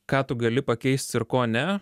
ką tu gali pakeisti ir kone